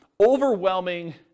overwhelming